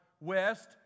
west